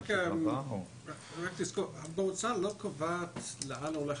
צריך לזכור שהמועצה לא קובעת לאן הולך